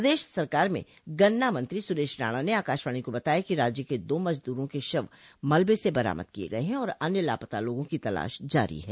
प्रदश सरकार में गन्ना मंत्री सुरेश राणा ने आकाशवाणी को बताया कि राज्य के दो मजदूरों के शव मलबे से बरामद किये गये हैं और अन्य लापता लोगों की तलाश जारी है